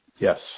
Yes